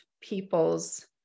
people's